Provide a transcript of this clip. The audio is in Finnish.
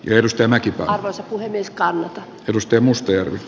yhdistelmä kitaansa puheista mutta pystyi mustajärvi